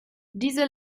diese